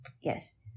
Yes